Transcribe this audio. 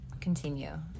continue